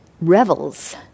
Revels